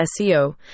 SEO